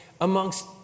amongst